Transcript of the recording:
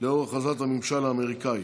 לאור הכרזת הממשל האמריקאי,